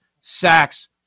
sacks